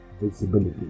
visibility